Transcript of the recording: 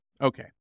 Okay